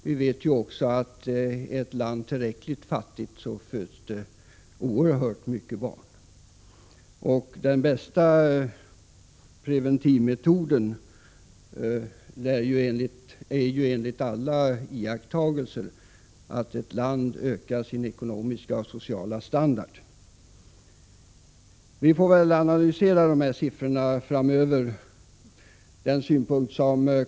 Vi vet i alla fall att om ett land är tillräckligt fattigt föds det oerhört många barn, och den bästa preventivmetoden är enligt alla iakttagelser att ett land ökar sin ekonomiska och sociala standard. Vi får väl analysera siffrorna framöver.